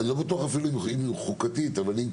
אני לא בטוח אפילו אם היא חוקתית,